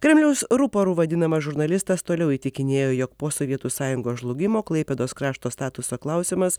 kremliaus ruporu vadinamas žurnalistas toliau įtikinėjo jog po sovietų sąjungos žlugimo klaipėdos krašto statuso klausimas